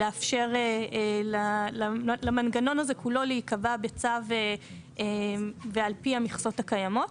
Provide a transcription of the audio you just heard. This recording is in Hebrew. לאפשר למנגנון הזה כולו להיקבע בצו ועל פי המכסות הקיימות.